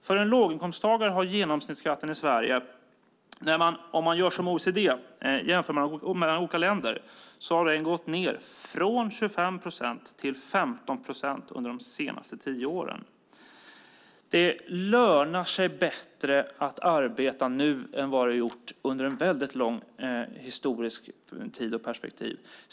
Gör man som OECD och jämför mellan olika länder har genomsnittsskatten för en låginkomsttagare i Sverige gått ned från 25 procent till 15 procent under de senaste tio åren. Det lönar sig bättre att arbeta nu än vad det har gjort under lång tid i ett historiskt perspektiv.